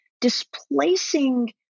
displacing